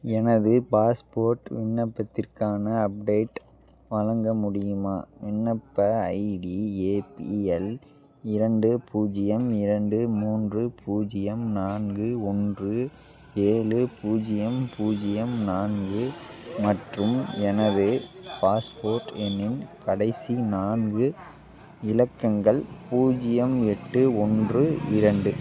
எனது பாஸ்போர்ட் விண்ணப்பத்திற்கான அப்டேட் வழங்க முடியுமா விண்ணப்ப ஐடி ஏபிஎல் இரண்டு பூஜ்ஜியம் இரண்டு மூன்று பூஜ்ஜியம் நான்கு ஒன்று ஏழு பூஜ்ஜியம் பூஜ்ஜியம் நான்கு மற்றும் எனது பாஸ்போர்ட் எண்ணின் கடைசி நான்கு இலக்கங்கள் பூஜ்ஜியம் எட்டு ஒன்று இரண்டு